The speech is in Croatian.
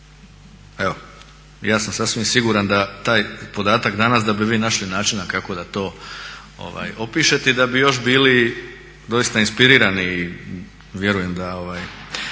Evo, ja sam sasvim siguran da taj podatak danas da bi vi našli načina kako da to opišete i da bi još bili doista inspirirani vjerujem da.